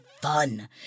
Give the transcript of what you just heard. fun